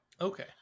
Okay